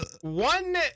One